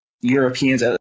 Europeans